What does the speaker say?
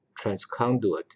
Transconduit